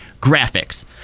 graphics